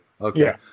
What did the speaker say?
Okay